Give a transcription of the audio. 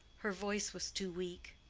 her voice was too weak.